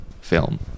film